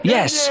Yes